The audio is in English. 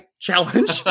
challenge